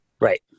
Right